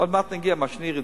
עוד מעט נגיע למה שאני רציתי.